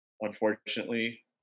Unfortunately